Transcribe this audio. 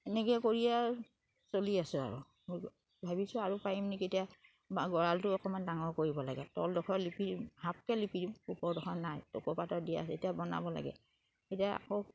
এনেকে কৰিয়ে চলি আছোঁ আৰু ভাবিছোঁ আৰু পাৰিম নেকি এতিয়া গঁৰালটো অকমান ডাঙৰ কৰিব লাগে তলদখৰ লিপি দিম হাফকে লিপি দিম দিয়া এতিয়া বনাব লাগে এতিয়া আকৌ